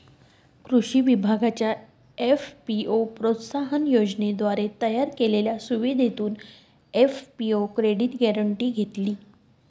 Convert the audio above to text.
कृषी विभागाच्या एफ.पी.ओ प्रोत्साहन योजनेद्वारे तयार केलेल्या सुविधेतून एफ.पी.ओ क्रेडिट गॅरेंटी घेतली